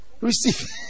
receive